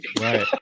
Right